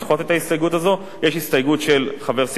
יש הסתייגות של חבר סיעת חד"ש, חבר הכנסת דב חנין,